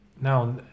now